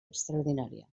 extraordinària